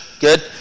Good